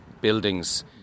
buildings